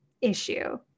issue